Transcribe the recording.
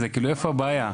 כאילו, איפה הבעיה?